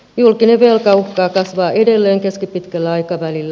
julkinen velka uhkaa kasvaa edelleen keskipitkällä aikavälillä